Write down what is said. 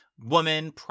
woman